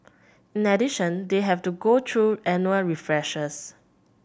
in addition they have to go through annual refreshers